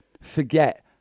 forget